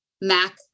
Mac